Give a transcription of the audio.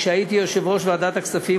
כשהייתי יושב-ראש ועדת הכספים,